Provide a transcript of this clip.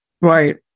Right